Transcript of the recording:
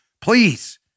Please